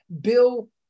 Bill